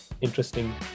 interesting